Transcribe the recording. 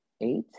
eight